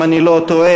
אם אני לא טועה,